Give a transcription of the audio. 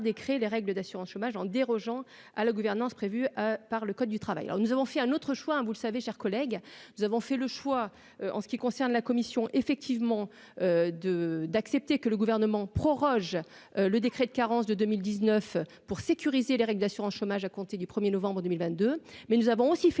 décret, les règles d'assurance chômage en dérogeant à la gouvernance prévue par le code du travail, alors nous avons fait un autre choix, hein, vous le savez, chers collègues, nous avons fait le choix en ce qui concerne la commission effectivement de d'accepter que le gouvernement proroge le décret de carence de 2019 pour sécuriser les règles de l'assurance chômage à compter du 1er novembre 2022, mais nous avons aussi fait